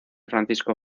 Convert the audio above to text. francisco